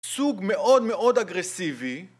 סוג מאוד מאוד אגרסיבי